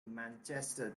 manchester